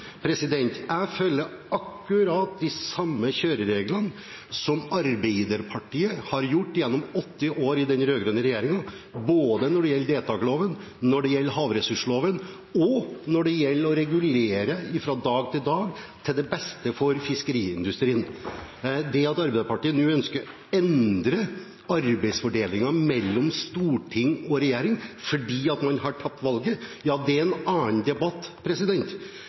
Jeg følger akkurat de samme kjørereglene som Arbeiderpartiet gjorde gjennom åtte år i den rød-grønne regjeringen, både når det gjelder deltakerloven, når det gjelder havressursloven, og når det gjelder det å regulere fra dag til dag, til det beste for fiskeriindustrien. Det at Arbeiderpartiet nå ønsker å endre arbeidsfordelingen mellom storting og regjering fordi man har tapt valget, er en annen debatt,